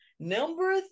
number